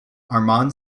armand